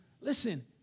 Listen